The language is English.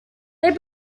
they